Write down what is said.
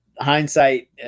hindsight